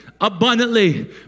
abundantly